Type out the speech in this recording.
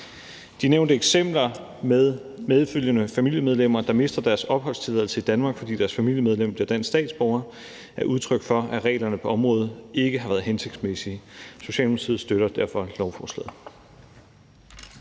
De nævnte eksempler med medfølgende familiemedlemmer, der mister deres opholdstilladelse i Danmark, fordi deres familiemedlem bliver dansk statsborger, er udtryk for, at reglerne på området ikke har været hensigtsmæssige. Socialdemokratiet støtter derfor lovforslaget.